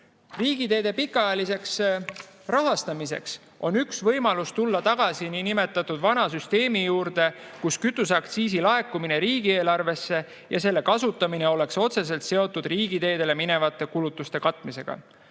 riigiteede pikaajaliseks rahastamiseks on tulla tagasi niinimetatud vana süsteemi juurde, kus kütuseaktsiisi laekumine riigieelarvesse ja selle kasutamine oleks otseselt seotud riigiteedele minevate kulutuste katmisega.